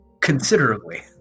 Considerably